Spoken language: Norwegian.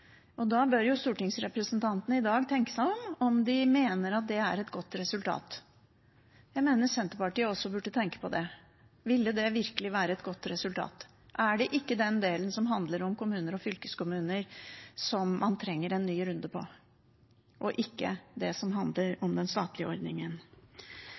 Da bør stortingsrepresentantene i dag tenke seg om: Mener de at det er et godt resultat? Jeg mener at Senterpartiet også burde tenke på det – ville det virkelig være et godt resultat? Er det ikke den delen som handler om kommuner og fylkeskommuner, som man trenger en ny runde på, ikke det som handler